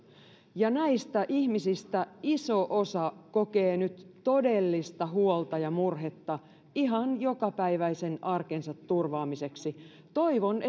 näistä ihmisistä iso osa kokee nyt todellista huolta ja murhetta ihan joka päiväisen arkensa turvaamiseksi toivon